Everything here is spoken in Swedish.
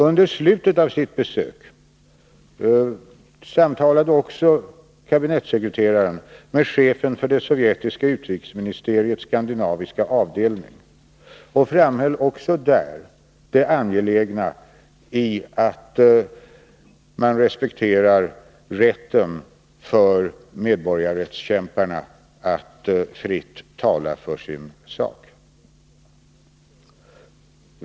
Under slutet av sitt besök samtalade kabinettssekreteraren också med chefen för det sovjetiska utrikesministeriets skandinaviska avdelning och framhöll då det angelägna i att man respekterar rätten för medborgarrättskämparna att fritt tala för sin sak.